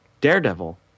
Daredevil